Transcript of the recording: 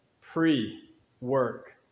pre-work